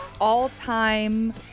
all-time